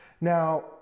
Now